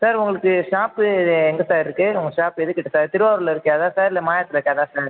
sir உங்களுக்கு shop எங்கே sir இருக்குது உங்கள் ஷாப் எது கிட்டே சார் திருவாரூரில் இருக்கே அதா இல்லை மாயவரத்தில் இருக்கே அதா சார்